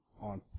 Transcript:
on